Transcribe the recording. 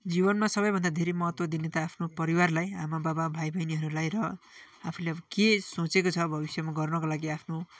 जीवनमा सबैभन्दा धेरै महत्त्व दिने त आफ्नो परिवारलाई आमा बाबा भाइ बहिनीहरूलाई र आफूले अब के सोचेको छ भविष्यमा गर्नको लागि आफ्नो